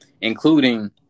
including